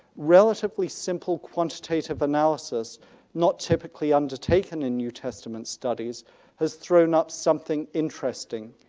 relatively simple quantitative analysis not typically undertaken in new testament studies has thrown up something interesting.